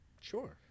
Sure